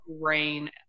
rain